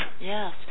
Yes